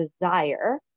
desire